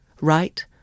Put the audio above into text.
Right